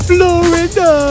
Florida